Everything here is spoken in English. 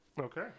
Okay